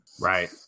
Right